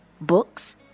books